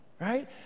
Right